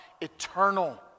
eternal